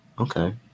Okay